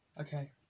Okay